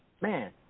man